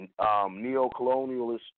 neocolonialist